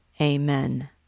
Amen